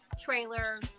trailer